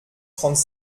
trente